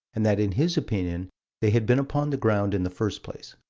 and that in his opinion they had been upon the ground in the first place.